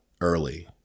early